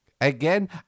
again